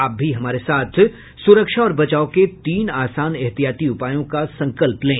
आप भी हमारे साथ सुरक्षा और बचाव के तीन आसान एहतियाती उपायों का संकल्प लें